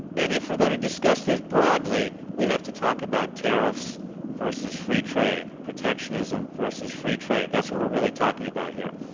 and if we're going to discuss this broadly we have to talk about tariffs versus free trade, protectionism versus free trade. that's what we're really talking about here.